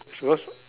which was